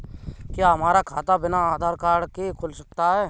क्या हमारा खाता बिना आधार कार्ड के खुल सकता है?